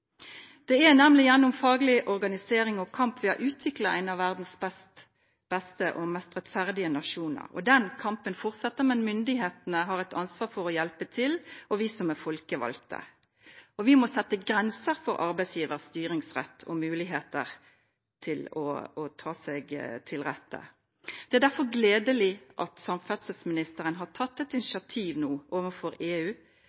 Det er nemlig gjennom faglig organisering og kamp vi har utviklet en av verdens beste og mest rettferdige nasjoner. Den kampen fortsetter, men myndighetene har et ansvar for å hjelpe til, også vi som er folkevalgte. Vi må sette grenser for arbeidsgivers styringsrett og muligheter til å ta seg til rette. Det er derfor gledelig at samferdselsministeren har tatt et